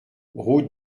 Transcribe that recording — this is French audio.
route